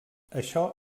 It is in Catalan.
això